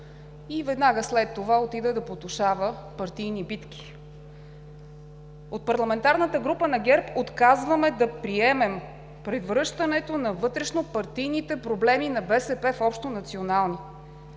и веднага след това отиде да потушава партийни битки. От парламентарната група на ГЕРБ отказваме да приемем превръщането на вътрешнопартийните проблеми на БСП в общонационални.